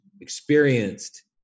experienced